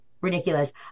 ridiculous